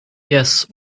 yes